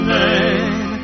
name